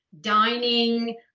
dining